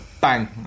bang